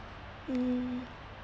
mm